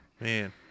Man